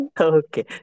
okay